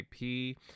IP